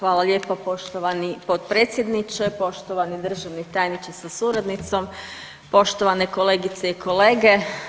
Hvala lijepa poštovani potpredsjedniče, poštovani državni tajniče sa suradnicom, poštovane kolegice i kolege.